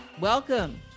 welcome